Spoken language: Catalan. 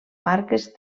marques